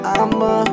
I'ma